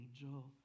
angel